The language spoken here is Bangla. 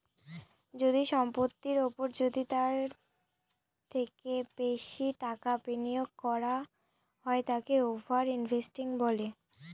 যদি সম্পত্তির ওপর যদি তার থেকে বেশি টাকা বিনিয়োগ করা হয় তাকে ওভার ইনভেস্টিং বলে